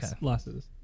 losses